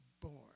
born